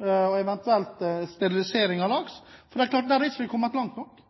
og eventuelt sterilisering av laks å gjøre. Der har vi ikke kommet langt nok,